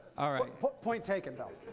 all right. point taken though.